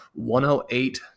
108